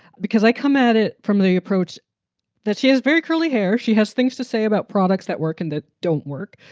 because i come at it from the approach that she is very curly hair. she has things to say about products that work and that don't work.